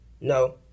No